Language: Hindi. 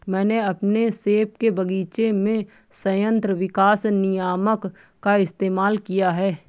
मैंने अपने सेब के बगीचे में संयंत्र विकास नियामक का इस्तेमाल किया है